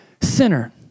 sinner